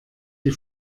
die